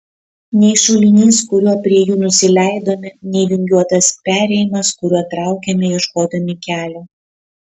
nei šulinys kuriuo prie jų nusileidome nei vingiuotas perėjimas kuriuo traukėme ieškodami kelio